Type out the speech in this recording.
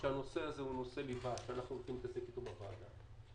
שהנושא הזה שאנחנו הולכים להתעסק אתו בוועדה,